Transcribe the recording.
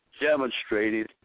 demonstrated